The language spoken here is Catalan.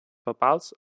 papals